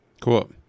Cool